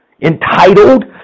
entitled